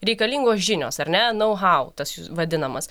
reikalingos žinios ar ne nau hau tas vadinamas